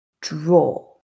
draw